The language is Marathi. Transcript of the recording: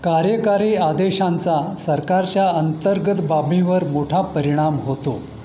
कार्यकारी आदेशांचा सरकारच्या अंतर्गत बाबीवर मोठा परिणाम होतो